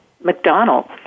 McDonald